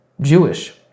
Jewish